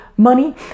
Money